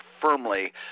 firmly